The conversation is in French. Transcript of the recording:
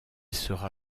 sera